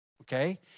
okay